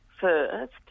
first